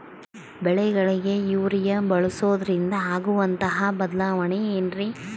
ಬೆಳೆಗಳಿಗೆ ಯೂರಿಯಾ ಬಳಸುವುದರಿಂದ ಆಗುವಂತಹ ಬದಲಾವಣೆ ಏನ್ರಿ?